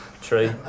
True